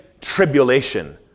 tribulation